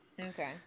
Okay